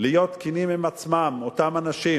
שהם יהיו כנים עם עצמם, אותם אנשים: